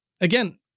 again